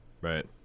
right